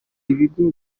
ibigo